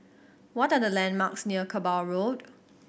what are the landmarks near Kerbau Road